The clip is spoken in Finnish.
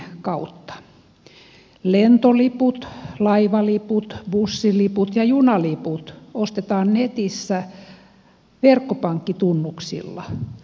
lentoliput laivaliput bussiliput ja junaliput ostetaan netistä verkkopankkitunnuksilla